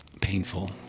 painful